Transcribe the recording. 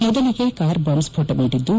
ಮೊದಲಿಗೆ car bomb ಸ್ಫೋಟಗೊಂಡಿದ್ದು